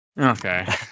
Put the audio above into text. Okay